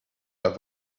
have